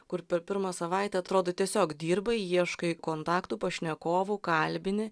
kur per pirmą savaitę atrodo tiesiog dirbai ieškai kontaktų pašnekovų kalbini